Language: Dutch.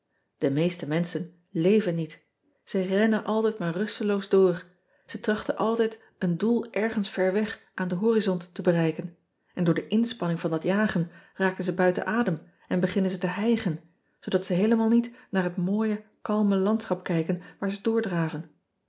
e meeste menschen leven niet e rennen altijd maar rusteloos door ze trachten altijd een doel ergens ver weg aan den horizont te bereiken en door de inspanning van dat jagen raken ze buiten adem en beginnen ze te hijgen zoodat ze heelemaal niet naar het mooie kalme landschap kijken waar ze doordraven